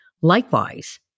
Likewise